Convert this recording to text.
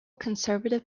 conservative